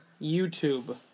YouTube